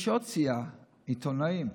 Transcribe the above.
יש עוד סיעה, עיתונאים.